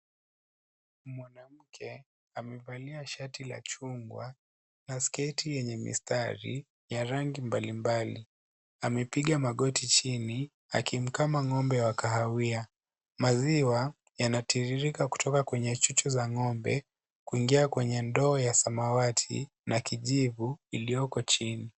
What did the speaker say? Mwanamke amevalia shati la chungwa na sketi ya mistari ya rangi mbalimbali. Amepiga magoti chini akimkama ng'ombe wa kahawia. Maziwa yantiririka kutoka kwenye chuchu za ng'ombe kuingia kwenye ndoo ya samawati na kijivu iliyoko chini.